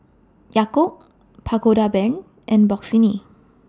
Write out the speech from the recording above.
Yakult Pagoda Brand and Bossini